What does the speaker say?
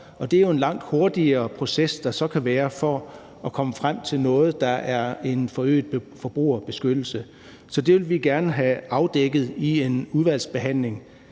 det er jo en langt hurtigere proces, der så kan være, for at komme frem til noget, der er en forøget forbrugerbeskyttelse. Så vi vil gerne have afdækket i en udvalgsbehandling,